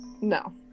No